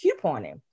couponing